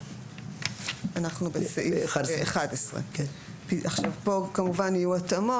אנחנו בסעיף 11. פה כמובן יהיו התאמות.